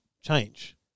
change